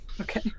okay